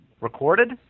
Recorded